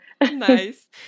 nice